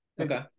Okay